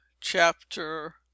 chapter